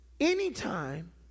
Anytime